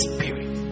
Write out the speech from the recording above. Spirit